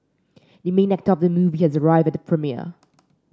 the main actor of the movie has arrived at the premiere